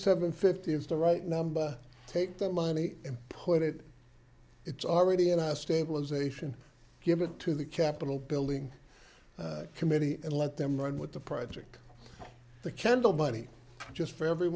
seven fifty is to right number take that money and put it it's already in a stabilization give it to the capitol building committee and let them run with the project the candle money just for